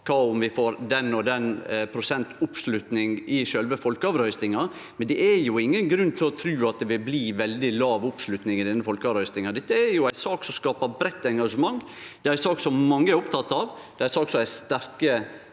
om vi får den og den oppslutninga i sjølve folkeavrøystinga, men det er jo ingen grunn til å tru at det vil bli veldig låg oppslutning i denne folkeavrøystinga. Dette er ei sak som skapar breitt engasjement, det er ei sak som mange er opptekne av, det er ei sak som det er sterke